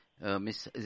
Miss